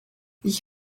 ich